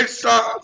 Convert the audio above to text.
stop